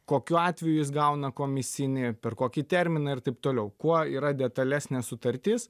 kokiu atveju jis gauna komisinį per kokį terminą ir taip toliau kuo yra detalesnė sutartis